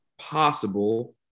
possible